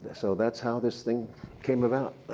so that's how this thing came about.